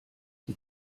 die